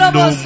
no